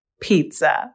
Pizza